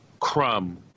crumb